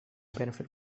benefit